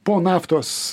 po naftos